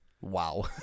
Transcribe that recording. Wow